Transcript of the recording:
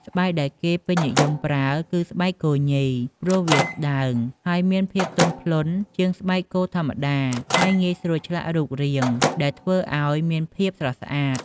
ស្បែកដែលគេពេញនិយមប្រើគឺស្បែកគោញី ព្រោះវាស្តើង និងមានភាពទន់ភ្លន់ជាងស្បែកគោធម្មតា ហើយងាយស្រួលឆ្លាក់រូបរាង ដែលធ្វើឲ្យមានភាពស្រស់ស្អាត។